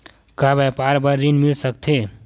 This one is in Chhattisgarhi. का व्यापार बर ऋण मिल सकथे?